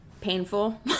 painful